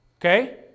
Okay